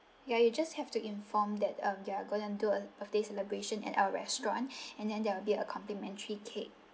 ya you just have to inform that um you are gonna do a birthday celebration at our restaurant and then there will be a complimentary cake